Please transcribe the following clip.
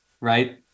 right